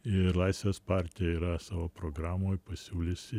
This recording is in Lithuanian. ir laisvės partija yra savo programoj pasiūliusi